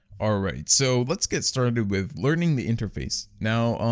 alright, so let's get started with learning the interface. now,